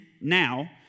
now